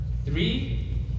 Three